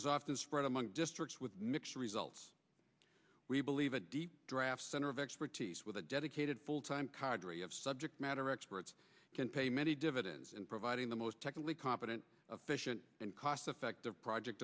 is often spread among districts with mixed results we believe a deep draft center of expertise with a dedicated full time qadri of subject matter experts can pay many dividends in providing the most technically competent of fission and cost effective project